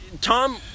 Tom